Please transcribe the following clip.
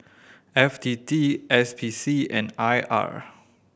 F T T S P C and I R